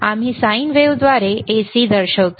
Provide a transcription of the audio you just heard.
आम्ही साइन वेव्हद्वारे AC दर्शवतो